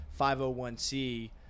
501C